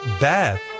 Beth